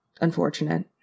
unfortunate